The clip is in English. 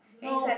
no